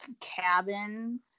cabin